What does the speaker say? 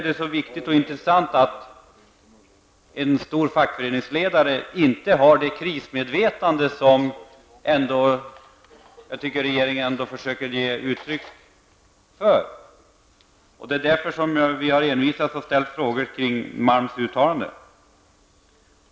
Det är intressant att en stor fackföreningsledare inte har det krismedvetande som regeringen ändå försöker ge uttryck för. Det är därför som vi har envisats och ställt frågor kring Malms uttalande.